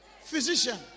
Physician